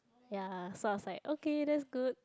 ya so I was like okay that's good